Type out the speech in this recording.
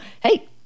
hey